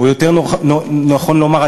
או יותר נכון לומר,